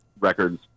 records